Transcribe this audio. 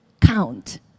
count